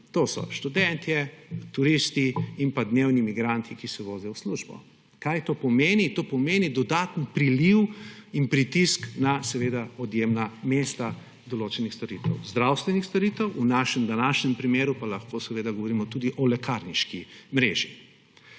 to so študentje, turisti in pa dnevni migranti, ki se vozijo v službo. Kaj to pomeni? To seveda pomeni dodaten priliv in pritisk na odjemna mesta določenih storitev, zdravstvenih storitev, v našem današnjem primeru pa lahko seveda govorimo tudi o lekarniški mreži.